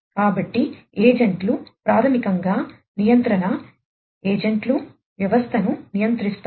కాబట్టి ఏజెంట్లు ప్రాథమికంగా వ్యవస్థను నియంత్రిస్తారు